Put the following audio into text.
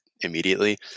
immediately